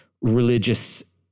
religious